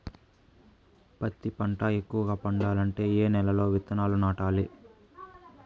పత్తి పంట ఎక్కువగా పండాలంటే ఏ నెల లో విత్తనాలు నాటాలి?